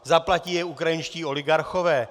Zaplatí je ukrajinští oligarchové?